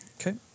Okay